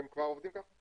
הם כבר עובדים כך?